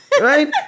right